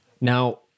Now